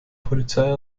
polizei